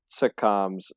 sitcoms